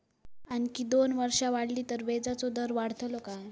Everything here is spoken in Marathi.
आणखी दोन वर्षा वाढली तर व्याजाचो दर वाढतलो काय?